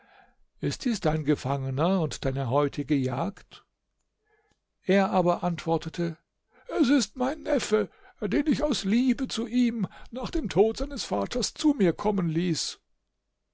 ist dies dein gefangener und deine heutige jagd er aber antwortete es ist mein neffe den ich aus liebe zu ihm nach dem tod seines vaters zu mir kommen ließ